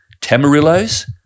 tamarillos